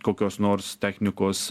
kokios nors technikos